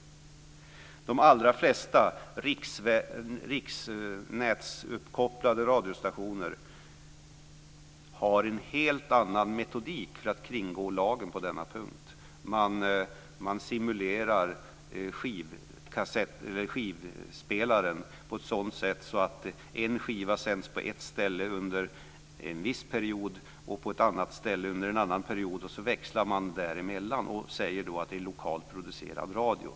De allra flesta riksnätsuppkopplade radiostationer har en helt annan metodik för att kringgå lagen på denna punkt. Man simulerar med skivspelaren på ett sådant sätt att en skiva sänds på ett ställe under en viss period, och på ett annat ställe under en annan period och sedan växlar man däremellan och säger att det är lokalt producerad radio.